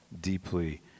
deeply